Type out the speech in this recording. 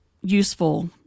useful